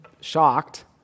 shocked